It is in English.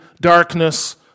darkness